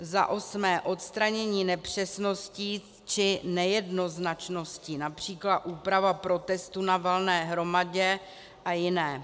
Zaosmé odstranění nepřesností či nejednoznačností, například úprava protestů na valné hromadě a jiné.